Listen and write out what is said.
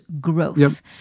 growth